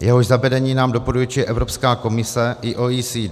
jehož zavedení nám doporučuje Evropská komise i OECD.